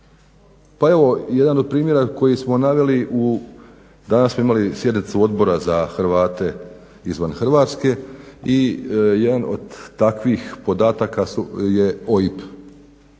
Pa evo, jedan od primjera koje smo naveli u, danas smo imali sjednicu Odbora za Hrvate izvan Hrvatske i jedan od takvih podataka je OIB.